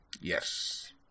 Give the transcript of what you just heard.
Yes